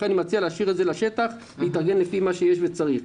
לכן אני מציע להשאיר את זה לשטח להתארגן לפי מה שיש וצריך.